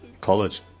college